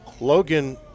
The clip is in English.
Logan